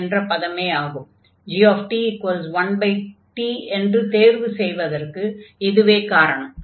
g1t என்று தேர்வு செய்வதற்கு இதுவே காரணம்